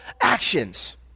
actions